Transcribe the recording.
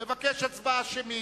מבקש הצבעה שמית.